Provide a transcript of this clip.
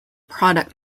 product